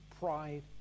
pride